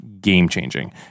game-changing